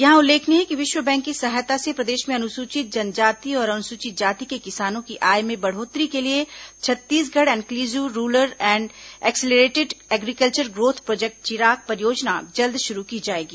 यहां उल्लेखनीय है कि विश्व बैंक की सहायता से प्रदेश में अनुसूचित जनजाति और अनुसूचित जाति के किसानों की आय में बढ़ोत्तरी के लिए Chhattisgarh inclusive rural and accelerated agriculture growth project Chirag परियोजना जल्द शुरू की जाएगी